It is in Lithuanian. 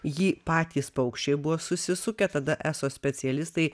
jį patys paukščiai buvo susisukę tada eso specialistai